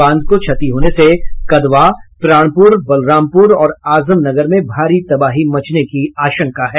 बांध को क्षति होने से कदवा प्राणपुर बलरामपुर और आजमनगर में भारी तबाही मचने की आशंका है